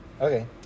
Okay